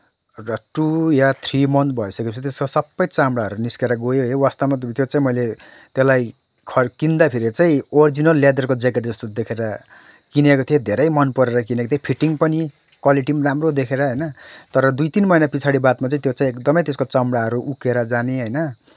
र टू या three month भइसकेपछि त्यसको सबै चमडाहरू निस्किएर गयो है वास्तवमा चाहिँ त्यो चाहिँ मैले त्यसलाई खैं किन्दाखेरि चाहिँ अरिजिनल लेदरको ज्याकेट जस्तो देखेर किनेको थिएँ धेरै मनपरेर किनेको थिएँ फिटिङ पनि क्वालिटी पनि राम्रो देखेर होइन तर दुई तिन महिना पछाडि बादमा चाहिँ त्यो चाहिँ एकदमै त्यसको चमडाहरू उप्किएर जाने होइन